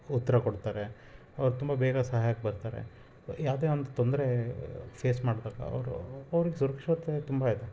ಉತ್ತರ ಕೊಡ್ತಾರೆ ಅವ್ರು ತುಂಬ ಬೇಗ ಸಹಾಯಕ್ಕೆ ಬರ್ತಾರೆ ಯಾವುದೇ ಒಂದು ತೊಂದರೆ ಫೇಸ್ ಮಾಡಿದಾಗ ಅವರು ಅವ್ರಿಗೆ ಸುರಕ್ಷತೆ ತುಂಬ ಇದೆ